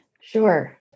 Sure